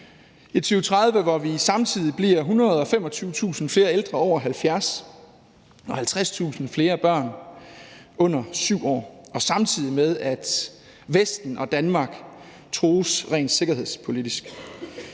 et 2030, hvor vi samtidig bliver 125.000 flere ældre over 70 år og 50.000 flere børn under 7 år, og hvor Vesten og Danmark samtidig trues rent sikkerhedspolitisk.